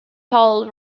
toll